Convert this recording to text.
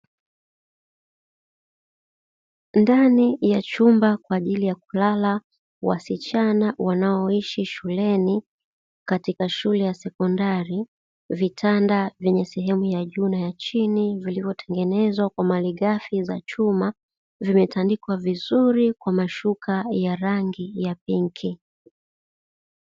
Ndani ya chumba, kwa ajili ya kulala wasichana wanaoishi shuleni katika shule ya sekondari, vitanda vyenye sehemu ya juu na ya chini vilivyotengenezwa kwa malighafi za chuma, vimetandikwa vizuri kwa mashuka ya rangi ya pinki.